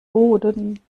boden